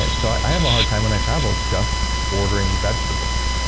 and so i have a hard time when i travel just ordering vegetables.